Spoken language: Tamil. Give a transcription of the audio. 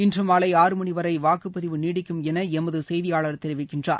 இன்று மாலை ஆறு மணி வரை வாக்குப்பதிவு நீடிக்கும் என எமது செய்தியாளர் தெரிவிக்கிறார்